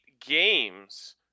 games